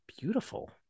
beautiful